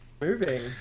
Moving